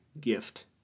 gift